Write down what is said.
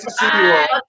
Bye